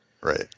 Right